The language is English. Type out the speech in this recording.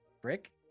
Brick